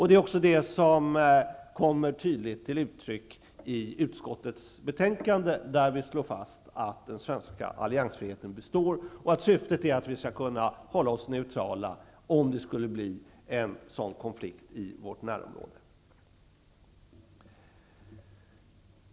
Detta kommer också tydligt till uttryck i utskottets betänkande, där vi slår fast att den svenska alliansfriheten består och att syftet är att vi skall kunna hålla oss neutrala om det skulle bli en sådan konflikt i vårt närområde.